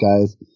guys